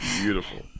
beautiful